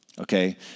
Okay